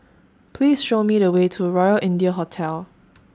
Please Show Me The Way to Royal India Hotel